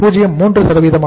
03 ஆக இருக்கும்